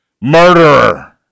murderer